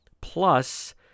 Plus